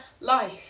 life